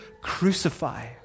crucify